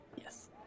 Yes